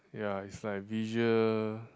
ya it's like visual